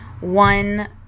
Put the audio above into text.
one